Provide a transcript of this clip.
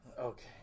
Okay